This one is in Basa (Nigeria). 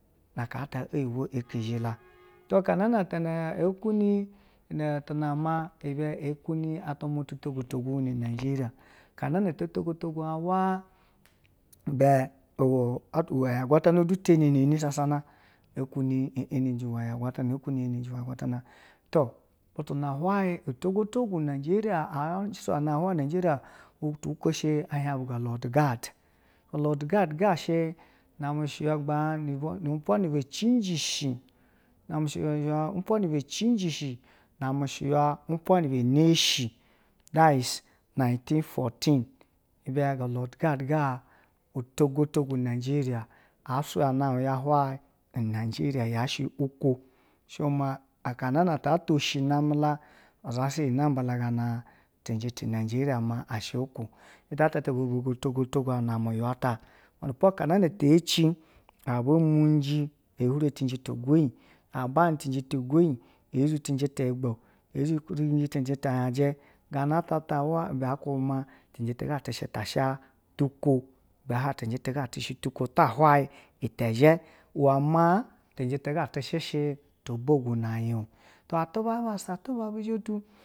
Na aha ta eyibo ekeze latu kanana te e kuri tu nama ibe o leuni atwa muna tu laguni najeriya aha nana ato otogu a wa ibe atwa we ya agwatana du teneni sasana, e teuni e enehi we ya aghwatana enenji we gwatana tu butu na hwasi yana nd hwai najeriya butu koshe ehein buga lodugad, go lodgad shɛ nanamɛ shuya gbaa nuva nu umpwa nubwa cinji shi namɛ shuyua umowa ni be cinji na amɛ shuyula umpua ni be dashi nayiti fotin, ibe ga lod gad ga uto go togu najeriya asuyana u ya hwai najeriya yashɛ uko shuvo ma kanana ta atwa si namɛ la uzasayi nambala ma tinje najeriya namba la ma tinje najeriya ma ashɛ uko jita ta, bo togo to gu aj na amɛ ywe uta ho ahana na teci abu muji ahuree tinje te egoyi abnɛ na tijɛ te ayoyi e zuitije ti lgbu ezhe kuriji cinjɛ ta yajɛ ganatata wea ine akube ma tinje ti ya shɛ ta sha uko ibe hwale tigenjɛ tigktishɛ ko tahwai ite zhe uwe maa te cinje ti she shɛ to bogona anya tu̱ atuba abassa tu ba bi zatu.